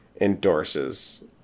endorses